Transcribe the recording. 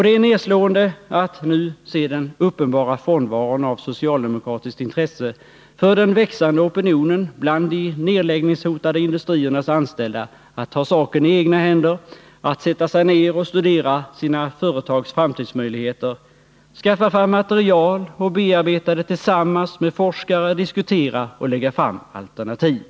Det är nedslående att se den uppenbara frånvaron av socialdemokratiskt intresse för den växande opinionen bland de nedläggningshotade industri ernas anställda att ta saken i egna händer, sätta sig ned och studera sina Nr 116 företags framtidsmöjligheter, skaffa fram material och bearbeta det tillsam Torsdagen den mans med forskare samt diskutera och lägga fram alternativ.